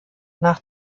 nach